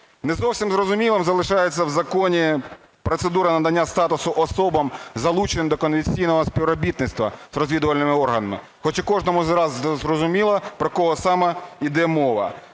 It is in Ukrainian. Не зовсім зрозумілим залишається в законі процедура надання статусу особам, залученим до конфіденційного співробітництва з розвідувальними органами, хоча кожному з нас зрозуміло, про кого саме йде мова.